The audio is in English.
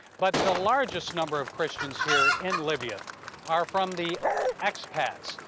but the largest number of christians here in libya are from the ex-pats,